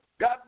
God